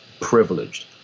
privileged